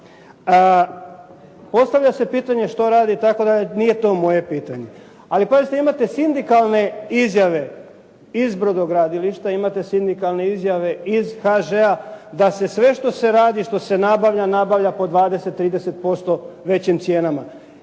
Postavlja se pitanje što rade itd., nije to moje pitanje. Ali pazite, imate sindikalne izjave iz brodogradilišta, imate sindikalne izjave iz HŽ-a da se sve što se radi i što se nabavlja nabavlja po 20, 30% većim cijenama.